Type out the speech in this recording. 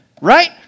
Right